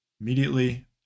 immediately